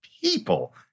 people